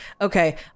Okay